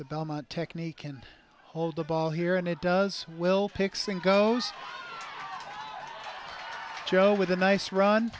the belmont technique and hold the ball here and it does we'll pick singo joe with a nice run